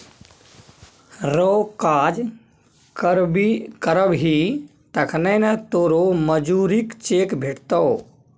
रौ काज करबही तखने न तोरो मजुरीक चेक भेटतौ